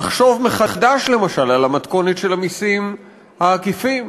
לחשוב מחדש, למשל, על המתכונת של המסים העקיפים?